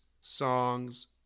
songs